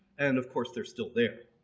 and of course they're still there.